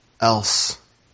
else